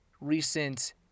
recent